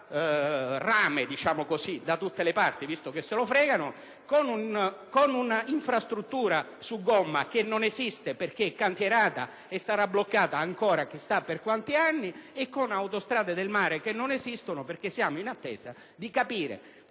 così dire «rame da tutte le parti» (visto che viene rubato!), con un'infrastruttura su gomma che non esiste perché cantierata e sarà bloccata ancora chissà per quanti anni e con autostrade del mare che non esistono perché siamo in attesa di capire